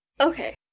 Okay